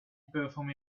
perform